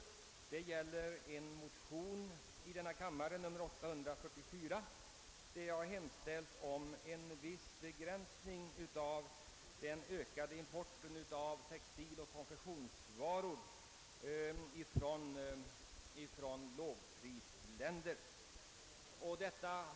Det gäller motionen 844 i denna kammare, vari jag hemställt om en viss begränsning av den ökade importen av textiloch konfektionsvaror från lågprisländer.